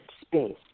space